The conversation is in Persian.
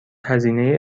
هزینه